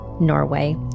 Norway